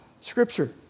Scripture